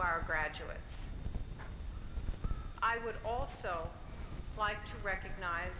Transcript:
our graduates i would also like to recognize